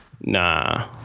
nah